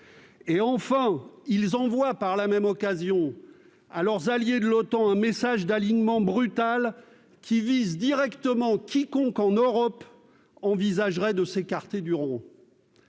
Enfin, ils envoient par la même occasion à leurs alliés de l'OTAN un message d'alignement brutal, qui vise directement quiconque en Europe envisagerait de s'écarter du rang.